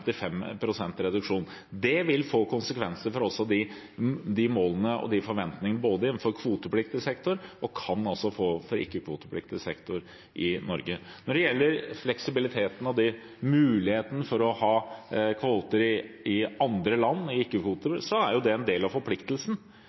målene og de forventningene som er innenfor kvotepliktig sektor, og kan få det for ikke-kvotepliktig sektor i Norge. Når det gjelder fleksibiliteten og muligheten for å ha kvoter i andre land – og ikke-kvoter – er det en del av forpliktelsen.